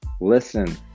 Listen